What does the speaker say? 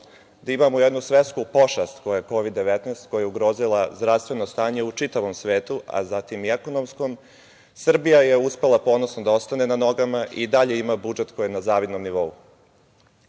da imamo jednu svetsku pošast, koja je Kovid 19, koja je ugrozila zdravstveno stanje u čitavom svetu, a zatim i ekonomskom, Srbija je uspela ponosno da ostane na nogama, i dalje ima budžet koji je na zavidnom nivou. Dok